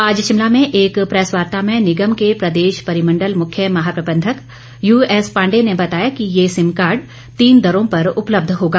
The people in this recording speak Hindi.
आज शिमला में एक प्रैस वार्ता में निगम के प्रदेश परिमंडल मुख्य महाप्रबंधक यू एस पांडेय ने बताया कि ये सिम कार्ड तीन दरो पर उपलब्ध होगा